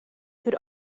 could